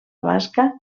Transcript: basca